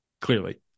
Clearly